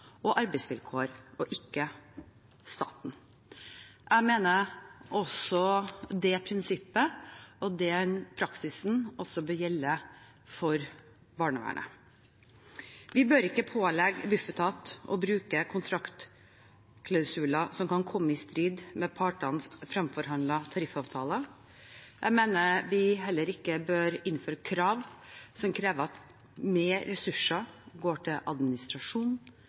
og arbeidsvilkår, og ikke staten. Jeg mener dette prinsippet og denne praksisen også bør gjelde for barnevernet. Vi bør ikke pålegge Bufetat å bruke kontraktklausuler som kan komme i strid med partenes fremforhandlede tariffavtaler. Jeg mener vi heller ikke bør innføre krav som gjør at mer ressurser går til administrasjon,